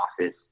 office